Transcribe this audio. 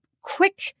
quick